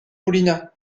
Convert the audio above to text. paulina